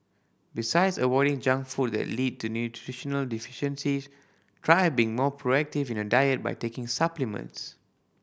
besides avoiding junk food that lead to nutritional deficiencies try being more proactive in your diet by taking supplements